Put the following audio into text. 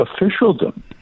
officialdom